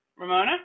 Ramona